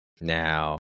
now